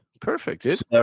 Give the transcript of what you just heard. Perfect